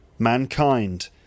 mankind